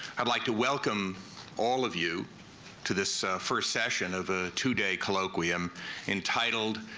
i'd like to welcome all of you to this first session of a two day colloquium entitled,